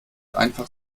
einfach